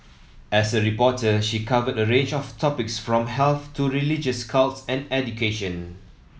as a reporter she covered a range of topics from health to religious cults and education